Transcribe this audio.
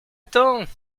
temps